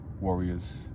warriors